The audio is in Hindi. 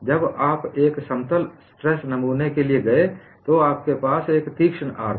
जब आप एक समतल स्ट्रेस नमूने के लिए गए थे तो आपके पास एक तीक्ष्ण R था